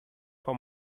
for